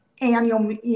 annual